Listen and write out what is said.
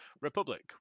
republic